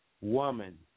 woman